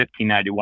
1591